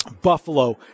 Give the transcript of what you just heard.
Buffalo